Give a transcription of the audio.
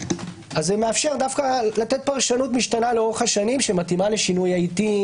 זה מאפשר לתת פרשנות משתנה לאורך השנים שמתאימה לשינוי העיתים